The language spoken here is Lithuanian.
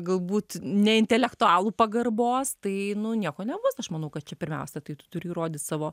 galbūt ne intelektualų pagarbos tai nu nieko nebus aš manau kad čia pirmiausia tai tu turi įrodyt savo